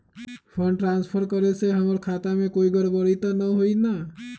Fund transfer करे से हमर खाता में कोई गड़बड़ी त न होई न?